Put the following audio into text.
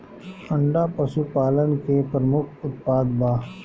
अंडा पशुपालन के प्रमुख उत्पाद बा